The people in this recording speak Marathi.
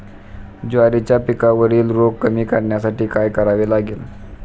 ज्वारीच्या पिकावरील रोग कमी करण्यासाठी काय करावे लागेल?